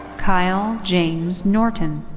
kyle james norton.